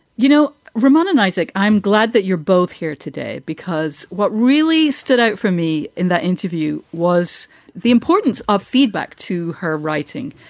you know, ramone and isaac, i'm glad that you're both here today, because what really stood out for me in that interview was the importance of feedback to her writing.